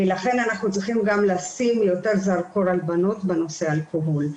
לכן אנחנו צריכים גם לשים יותר זרקור על בנות בנושא אלכוהול.